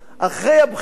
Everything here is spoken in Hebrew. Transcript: אחרי הבחירות,